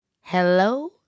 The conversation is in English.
Hello